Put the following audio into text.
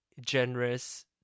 generous